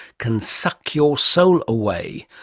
can suck your soul away,